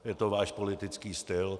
Je to váš politický styl.